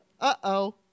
uh-oh